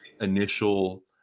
initial